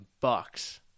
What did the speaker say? bucks